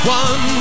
one